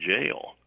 jail